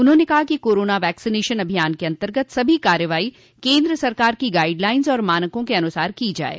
उन्होंने कहा कि कोरोना वैक्सीनेशन अभियान के अन्तर्गत सभी कार्रवाई केन्द्र सरकार की गाइड लाइस और मानको के अनुसार की जाये